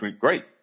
great